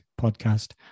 podcast